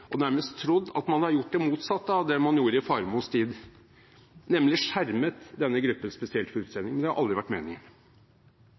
og nærmest har trodd at man har gjort det motsatte av det man gjorde i Faremos tid, nemlig skjermet denne gruppen spesielt for utsending, men det har aldri vært meningen.